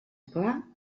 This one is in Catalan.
clar